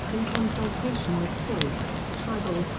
in consultation with state, tribal,